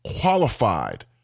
qualified